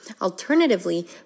Alternatively